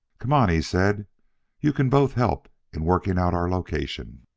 come on, he said you can both help in working out our location.